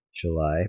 July